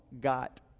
got